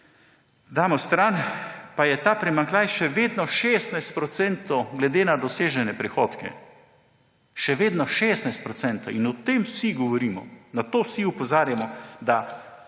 damo stran, pa je ta primanjkljaj še vedno 16 %, glede na dosežene prihodke. Še vedno 16 %. In o tem vsi govorimo, na to vsi opozarjamo.